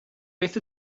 beth